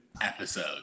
episode